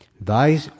Thy